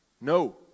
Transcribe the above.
No